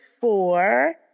four